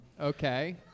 Okay